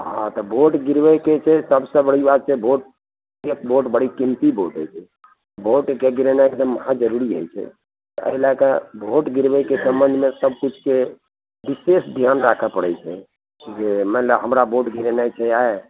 हँ तऽ वोट गिरबैके छै सबसे बड़ी बात छै भोट वोट बड़ी कीमती वोट होइ छै भोटके गिरेनाइ एकदम महा जरुरी होइ छै एहि लए कऽ भोट गिरबैके संबंधमे सबकिछुके विशेष ध्यान राखऽ पड़ै छै जे मानि लऽ हमरा वोट गिरेनाइ छै आ